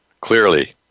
clearly